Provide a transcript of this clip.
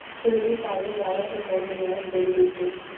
ಹುರುಳಿಕಾಳು ಯಾವ ತಿಂಗಳು ನ್ಯಾಗ್ ಬೆಳಿಬೇಕು?